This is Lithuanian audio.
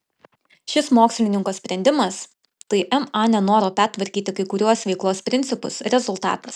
šis mokslininko sprendimas tai ma nenoro pertvarkyti kai kuriuos veiklos principus rezultatas